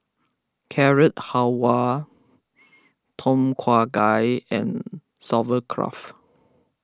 Carrot Halwa Tom Kha Gai and